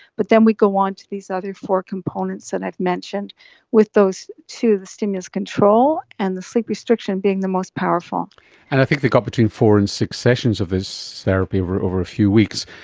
but then we go on to these other four components that and i've mentioned with those two, the stimulus control and the sleep restriction being the most powerful. and i think they got between four and six sessions of this therapy over over a few weeks.